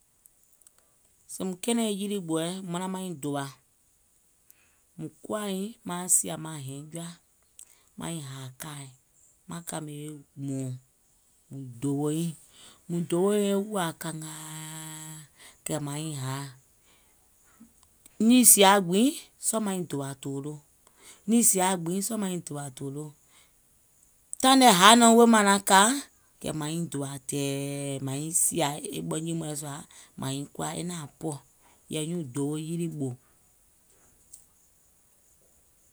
Sèèùm kɛɛnɛ̀ŋ yinlìɓòùɛ manaŋ mauŋ dòwà, koàiŋ maaŋ sìà maŋ hɛiŋ jɔa, maiŋ hàà kàaì, maŋ kàmè e hmɔ̀ɔ̀ŋ, mùŋ dòwòiŋ, mùŋ dòwòiŋ e wòà kàngaa, kɛ̀ màiŋ haà. Niì sìa gbiŋ, sɔɔ̀ maiŋ dòwà tòòloò, niì sìa gbiŋ sɔɔ̀ main dòwà tòloò. Taìŋ nɛ haì naàŋ wèè maŋ naàŋ ka, kɛ̀ màiŋ dòwà tɛ̀ɛ̀ɛ màiŋ sìà e ɓɔnyì mɔ̀ɛ̀ sùà màiŋ koà, e naàŋ pɔɔ̀, yɛ̀ì nyùùŋ dowo yilìɓòù.